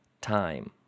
time